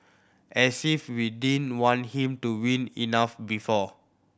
as if we didn't want him to win enough before